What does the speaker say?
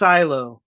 Silo